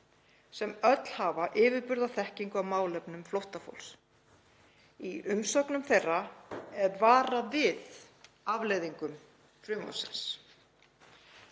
sem öll hafa yfirburðaþekkingu á málefnum flóttafólks. Í umsögnum þeirra er varað við afleiðingum frumvarpsins,